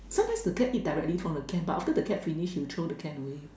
so this the cat eat directly from the can but after the cat finish he will throw the can away